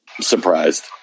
Surprised